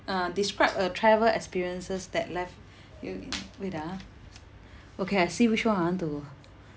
uh describe a travel experiences that left you in wait ah okay I see which one I want to